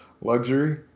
Luxury